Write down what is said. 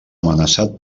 amenaçat